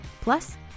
Plus